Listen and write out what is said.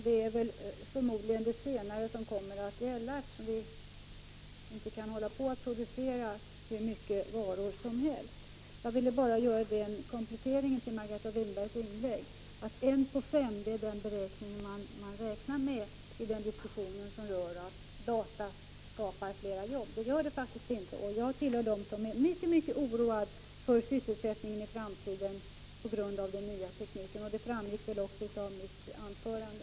Det är förmodligen det senare som kommer att gälla, eftersom vi inte kan producera hur mycket varor som helst. Jag ville bara göra den kompletteringen till Margareta Winbergs inlägg, att Prot. 1985/86:53 1:5 är det förhållande man räknar med i diskussionen om huruvida 17 december 1985 datatekniken skapar fler jobb. Det gör den faktiskt inte, och jag tillhördem GA oo som är mycket oroade för sysselsättningen i framtiden på grund av den nya tekniken. Det framgick väl också av mitt anförande.